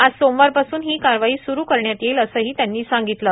आज सोमवारपासून ही कारवाई स्रू करण्यात येईल असेही त्यांनी सांगितले